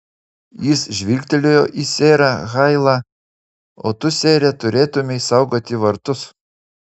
jis žvilgtelėjo į serą hailą o tu sere turėtumei saugoti vartus